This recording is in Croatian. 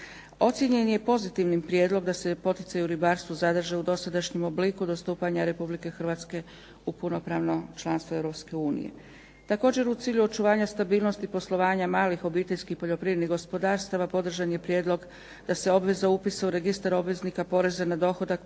ocijenjen je pozitivnim prijedlog da se poticaji u ribarstvu zadrže u dosadašnjem obliku do stupanja RH u punopravno članstvo EU. Također, u cilju očuvanja stabilnosti poslovanja malih obiteljskih poljoprivrednih gospodarstava podržan je prijedlog da se obveze o upisu u Registar obveznika poreza na dohodak